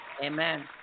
Amen